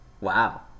wow